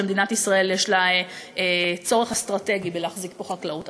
שלמדינת ישראל יש צורך אסטרטגי להחזיק את החקלאות.